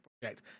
project